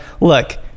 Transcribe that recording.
look